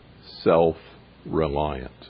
self-reliant